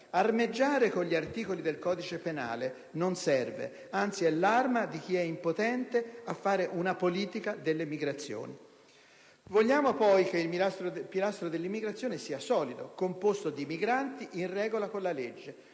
Armeggiare con gli articoli del codice penale non serve: anzi, è l'arma di chi è impotente a fare una politica delle migrazioni. Vogliamo poi che il pilastro dell'immigrazione sia solido, composto di migranti in regola con la legge